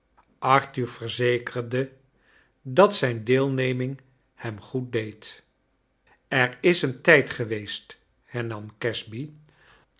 arthur vcrzekerde dat zijn deelnemi g hem goed deed jer is een tijd geweest hernam as